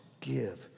give